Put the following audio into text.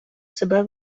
себе